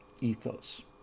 ethos